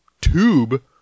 tube